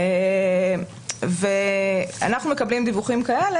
אנחנו מקבלים דיווחים כאלה,